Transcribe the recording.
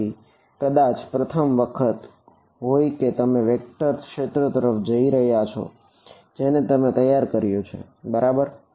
તેથી બધા shape function ક્ષેત્ર તરફ જોઈ રહ્યા છો જેને તમે તૈયાર કર્યું છે બરાબર